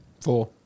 Four